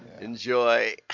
enjoy